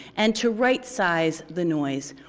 and to right size the noise.